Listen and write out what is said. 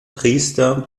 priester